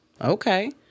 Okay